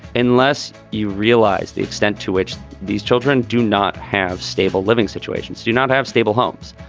unless you realize the extent to which these children do not have stable living situations, do not have stable homes.